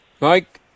Mike